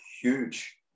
huge